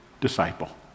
disciple